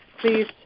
Please